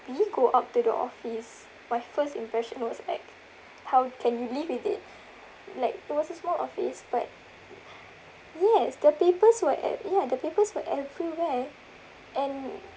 we go up to the office my first impression was like how can you live with it like it was a small office but yes the papers were ev~ ya the papers were everywhere and